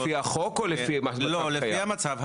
לפי החוק או לפי המצב הקיים?